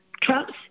Trump's